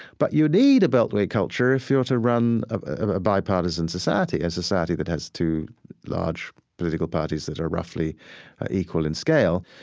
but you need a beltway culture if you're to run a bipartisan society, a and society that has two large political parties that are roughly equal in scale.